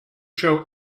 show